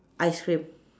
ice cream